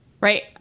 Right